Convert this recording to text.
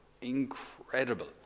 incredible